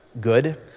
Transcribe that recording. good